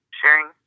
sharing